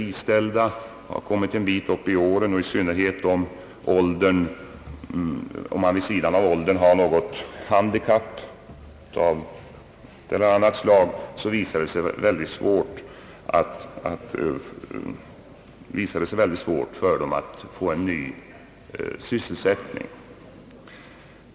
Detsamma gäller då man har kommit en bit upp i åldern, i synnerhet om man dessutom har något handikapp av ett eller annat slag.